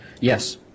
Yes